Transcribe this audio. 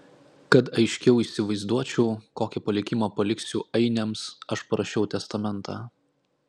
kad aiškiau įsivaizduočiau kokį palikimą paliksiu ainiams aš parašiau testamentą